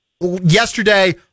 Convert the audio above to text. yesterday